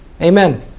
Amen